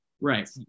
right